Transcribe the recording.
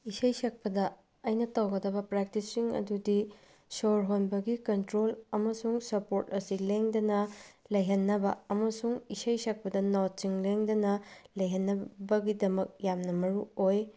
ꯏꯁꯩ ꯁꯛꯄꯗ ꯑꯩꯅ ꯇꯧꯒꯗꯕ ꯄ꯭ꯔꯦꯛꯇꯤꯁꯁꯤꯡ ꯑꯗꯨꯗꯤ ꯁꯣꯔ ꯍꯣꯟꯕꯒꯤ ꯀꯟꯇ꯭ꯔꯣꯜ ꯑꯃꯁꯨꯡ ꯁꯞꯄ꯭ꯣꯔꯠ ꯑꯁꯤ ꯂꯦꯡꯗꯅ ꯂꯩꯍꯟꯅꯕ ꯑꯃꯁꯨꯡ ꯏꯁꯩ ꯁꯛꯄꯗ ꯅꯣꯠꯁꯤꯡ ꯂꯦꯡꯗꯅ ꯂꯩꯍꯟꯅꯕꯒꯤꯗꯃꯛ ꯌꯥꯝꯅ ꯃꯔꯨ ꯑꯣꯏ